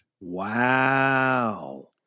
Wow